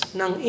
ng